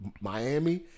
Miami